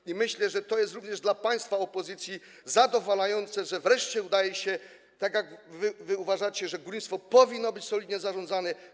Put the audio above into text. I myślę, że to jest również dla państwa opozycji zadowalające, że wreszcie się udaje - tak jak wy uważacie, że górnictwo powinno być solidnie zarządzane